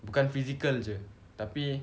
bukan physical jer tapi